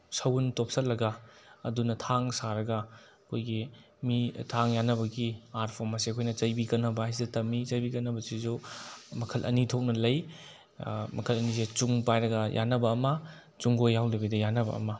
ꯁꯎꯟ ꯇꯣꯠꯁꯟꯂꯒ ꯑꯗꯨꯅ ꯊꯥꯡ ꯁꯥꯔꯒ ꯑꯩꯈꯣꯏꯒꯤ ꯃꯤ ꯊꯥꯡ ꯌꯥꯟꯅꯕꯒꯤ ꯑꯥꯔꯠꯐꯣꯝ ꯑꯁꯦ ꯑꯩꯈꯣꯏꯅ ꯆꯩꯕꯤ ꯀꯟꯅꯕ ꯍꯥꯏꯁꯤꯗ ꯇꯝꯃꯤ ꯆꯩꯕꯤ ꯀꯟꯅꯕꯁꯤꯁꯨ ꯃꯈꯜ ꯑꯅꯤ ꯊꯣꯛꯅ ꯂꯩ ꯃꯈꯜ ꯑꯅꯤꯁꯦ ꯆꯨꯡ ꯄꯥꯏꯔꯒ ꯌꯥꯟꯅꯕ ꯑꯃ ꯆꯨꯡꯒꯣꯏ ꯌꯥꯎꯗꯕꯤꯗ ꯌꯥꯟꯅꯕ ꯑꯃ